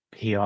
PR